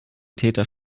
täter